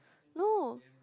no